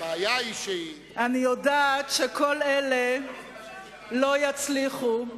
אני יודעת שכל אלה לא יצליחו,